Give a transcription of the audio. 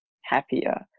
happier